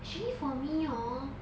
actually for me orh